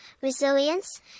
resilience